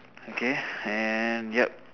okay and yup